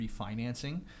refinancing